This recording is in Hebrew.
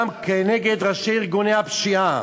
גם כנגד ראשי ארגוני הפשיעה.